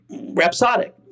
rhapsodic